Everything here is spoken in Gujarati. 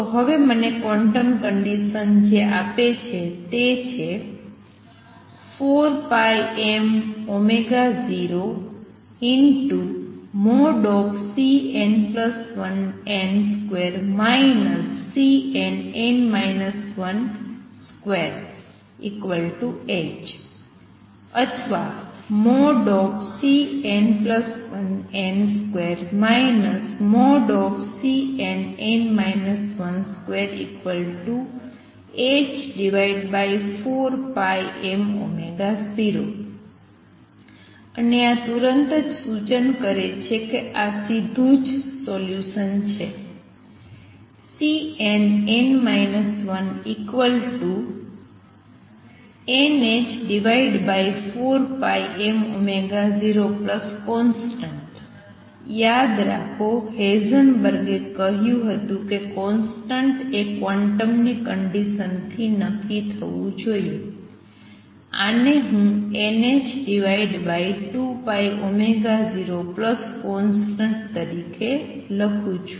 તો હવે મને ક્વોન્ટમ કંડિસન્સ જે આપે છે તે છે 4πm0|Cn1n |2 Cnn 12h અથવા |Cn1n |2 Cnn 12h4πm0 અને આ તુરંત જ સૂચન કરે છે કે આ ખૂબ જ સીધું સોલ્યુસન છે Cnn 1nh4πm0constant યાદ રાખો હેઇઝનબર્ગે કહ્યું હતું કે કોંસ્ટંટ એ ક્વોન્ટમની કંડિસન્સ થી નક્કી થવું જોઈએ આને હું nℏ2m0constant તરીકે પણ લખું છું